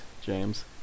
James